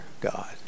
God